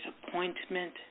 disappointment